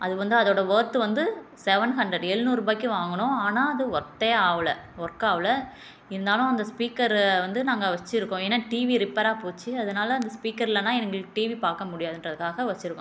அது வந்து அதோட ஒர்த்து வந்து சவன் ஹண்ட்ரேட் எழுநூறுபாய்க்கு வாங்கினோம் ஆனால் அது ஒர்த்தே ஆகல ஒர்க் ஆகல இருந்தாலும் அந்த ஸ்பீக்கரை வந்து நாங்கள் வைச்சிருக்கோம் ஏன்னா டிவி ரிப்பேராக போச்சு அதனால் அந்த ஸ்பீக்கர் இல்லை எங்களுக்கு டிவி பார்க்க முடியாதுங்குறதுக்காக வைச்சிருக்கோம்